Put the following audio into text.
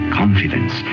confidence